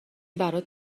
برات